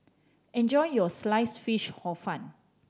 enjoy your slice fish Hor Fun